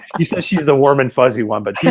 says she's the warm and fuzzy one but yeah